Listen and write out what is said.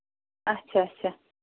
اچھا اَچھا